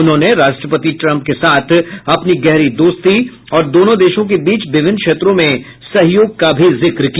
उन्होंने राष्ट्रपति ट्रम्प के साथ अपनी गहरी दोस्ती और दोनों देशों के बीच विभिन्न क्षेत्रों में सहयोग का भी जिक्र किया